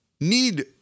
need